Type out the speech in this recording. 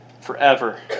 forever